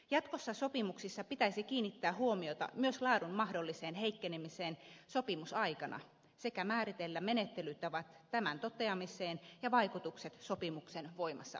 jatkossa sopimuksissa pitäisi kiinnittää huomiota myös laadun mahdolliseen heikkenemiseen sopimusaikana sekä määritellä menettelytavat tämän toteamiseen ja vaikutukset sopimuksen voimassaoloon